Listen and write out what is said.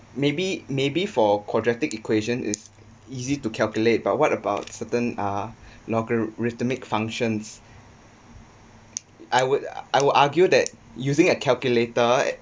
maybe maybe for quadratic equation is easy to calculate but what about certain uh logarithmic functions I would I would argue that using a calculator